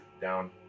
down